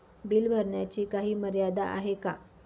Bill भरण्याची काही मर्यादा आहे का?